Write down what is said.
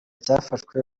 cyafashwe